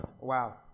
Wow